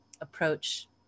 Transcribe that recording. approach